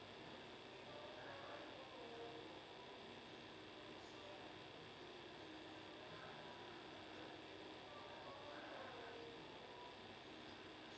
uh